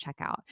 checkout